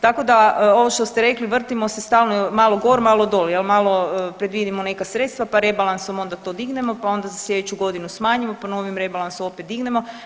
Tako da ovo što ste rekli vrtimo se stalno malo gor malo dol, malo predvidimo neka sredstva pa rebalansom onda to dignemo pa onda za sljedeću godinu smanjimo pa novim rebalansom opet dignemo.